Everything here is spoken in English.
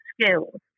skills